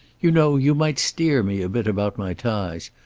you know, you might steer me a bit about my ties.